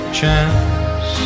chance